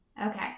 Okay